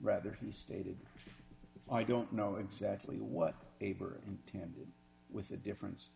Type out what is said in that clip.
rather he stated i don't know exactly what paper intended with a difference